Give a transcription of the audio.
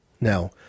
Now